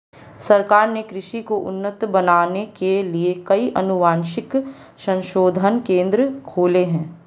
सरकार ने कृषि को उन्नत बनाने के लिए कई अनुवांशिक संशोधन केंद्र खोले हैं